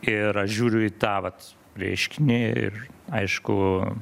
ir aš žiūriu į tą vat reiškinį ir aišku